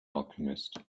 alchemist